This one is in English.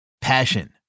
Passion